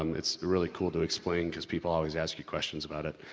um it's really cool to explain because people always ask you questions about it.